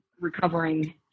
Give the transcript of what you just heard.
recovering